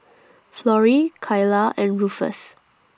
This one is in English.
Florie Kylah and Rufus